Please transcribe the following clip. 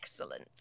excellent